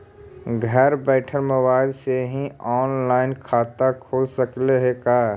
घर बैठल मोबाईल से ही औनलाइन खाता खुल सकले हे का?